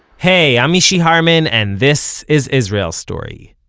hey, i'm mishy harman and this is israel story.